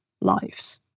lives